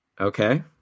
Okay